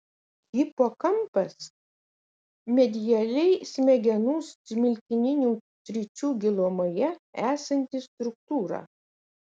hipokampas medialiai smegenų smilkininių sričių gilumoje esanti struktūra